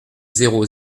zéro